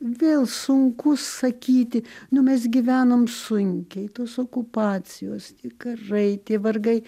vėl sunku sakyti nu mes gyvenom sunkiai tos okupacijos tie karai tie vargai